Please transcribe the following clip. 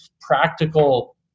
practical